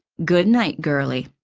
good night, girlie.